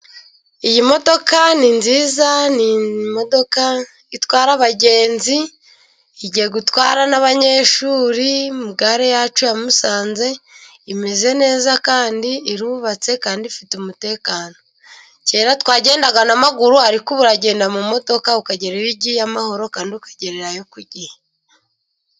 Iyi modoka ni nziza ,ni imodoka itwara abagenzi, igiye gutwara n'abanyeshuri ,gare yacu ya Musanze imeze neza, kandi irubatse kandi ifite umutekano. Kera twagendaga n'amaguru, ariko ubu uragenda mu modoka ukagera iyo ugiye amahoro, kandi ukagererayo ku gihe.